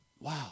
wow